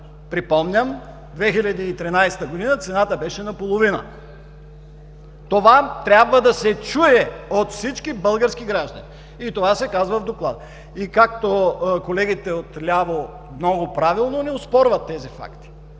Припомням, че през 2013 г. цената беше наполовина. Това трябва да се чуе от всички български граждани и това се казва в Доклада. Колегите от ляво много правилно не оспорват тези факти.